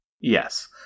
yes